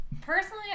personally